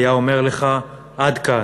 היה אומר לך: עד כאן.